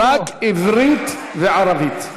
רק עברית וערבית.